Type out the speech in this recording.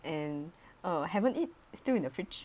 and uh haven't eat still in the fridge